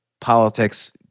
politics